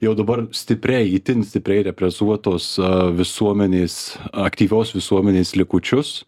jau dabar stipriai itin stipriai represuotos visuomenės aktyvios visuomenės likučius